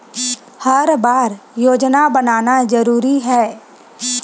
हर बार योजना बनाना जरूरी है?